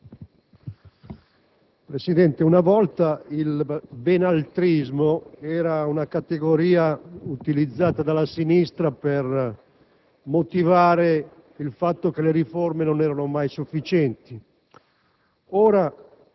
Presidente, una volta il benaltrismo era una categoria utilizzata dalla sinistra per motivare il fatto che le riforme non erano mai sufficienti;